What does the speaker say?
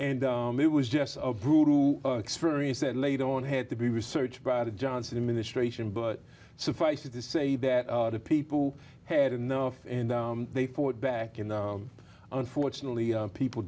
and it was just a brutal experience that later on had to be researched by the johnson administration but suffice it to say that the people had enough and they fought back in the unfortunately people